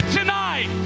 tonight